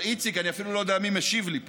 אבל איציק, אני אפילו לא יודע מי משיב לי פה.